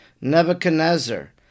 Nebuchadnezzar